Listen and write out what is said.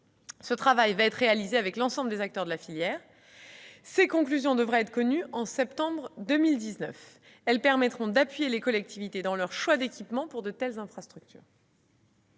Ce travail sera réalisé avec l'ensemble des acteurs de la filière. Ses conclusions devraient être connues en septembre 2019. Elles permettront d'appuyer les collectivités dans leurs choix d'équipement pour de telles infrastructures.